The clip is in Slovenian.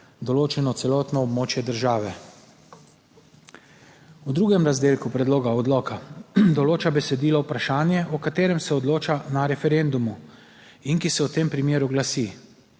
določeno celotno območje države. V drugem razdelku predloga odloka določa besedilo vprašanje o katerem se odloča na referendumu in ki se v tem primeru glasi: